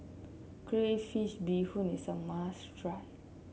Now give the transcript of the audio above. Crayfish Beehoon is a must try